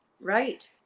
Right